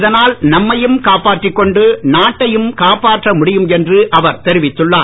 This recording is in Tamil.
இதனால் நம்மையும் காப்பாற்றிக் கொண்டு நாட்டையும் காப்பாற்ற முடியும் என்று அவர் தெரிவித்துள்ளார்